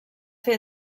fer